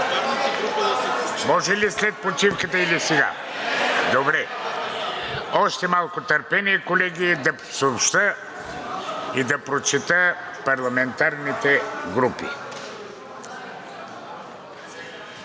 Може ли след почивката, или сега? (Шум и реплики.) Добре. Още малко търпение, колеги, да съобщя и да прочета парламентарните групи.